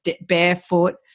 barefoot